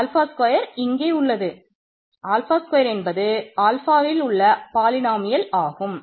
alpha F ஆகும்